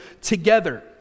together